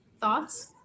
thoughts